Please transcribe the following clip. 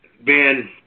Ben